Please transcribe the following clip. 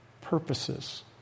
purposes